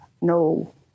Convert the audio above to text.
no